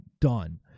done